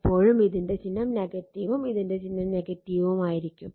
അപ്പോഴും ഇതിന്റെ ചിഹ്നം ഉം ഇതിന്റെ ചിഹ്നം ഉം ആയിരിക്കും